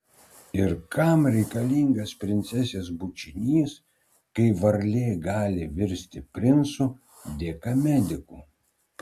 ir kam reikalingas princesės bučinys kai varlė gali virsti princu dėka medikų